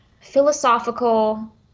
philosophical